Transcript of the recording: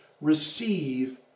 receive